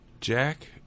Jack